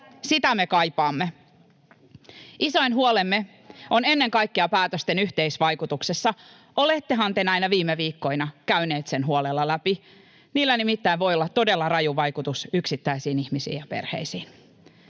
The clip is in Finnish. sitä me kaipaamme. Isoin huolemme on ennen kaikkea päätösten yhteisvaikutuksessa. Olettehan te näinä viime viikkoina käyneet sen huolella läpi? Niillä nimittäin voi olla todella raju vaikutus yksittäisiin ihmisiin ja perheisiin.